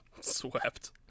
Swept